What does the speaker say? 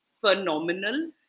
phenomenal